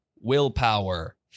willpower